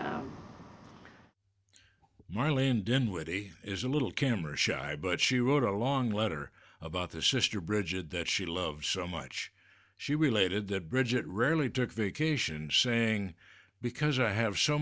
lame den witty is a little camera shy but she wrote a long letter about the sister bridget that she loves so much she related that bridget rarely took vacation saying because i have so